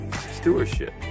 stewardship